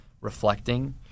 reflecting